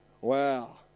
Wow